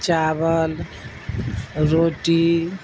چاول روٹی